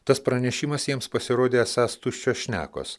tas pranešimas jiems pasirodė esąs tuščios šnekos